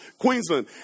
Queensland